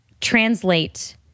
translate